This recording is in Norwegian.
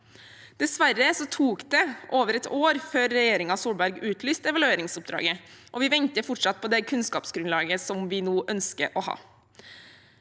Dessverre tok det over et år før regjeringen Solberg utlyste evalueringsoppdraget, og vi venter fortsatt på det kunnskapsgrunnlaget som vi nå ønsker å ha.